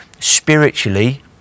spiritually